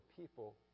people